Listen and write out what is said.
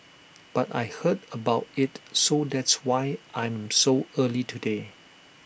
but I heard about IT so that's why I'm so early today